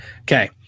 Okay